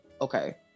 okay